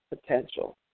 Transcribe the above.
potential